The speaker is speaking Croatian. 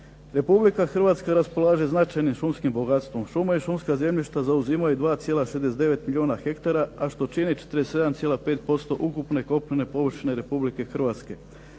Republika Hrvatska raspolaže značajnim šumskim bogatstvom. Šume i šumska zemljišta zauzimaju 2,69 milijuna hektara, a što čini 47,5% ukupne kopnene površine Republike Hrvatske.